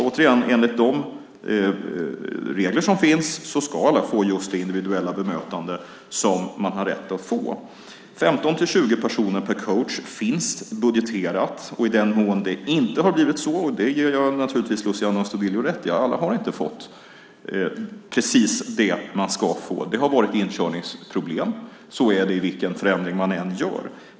Återigen: Enligt de regler som finns ska alla få det individuella bemötande som man har rätt att få. 15-20 personer per coach finns budgeterat. Jag ger naturligtvis Luciano Astudillo rätt i att inte alla har fått precis det de ska få. Det har varit inkörningsproblem. Så är det med vilken förändring man än gör.